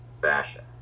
fashion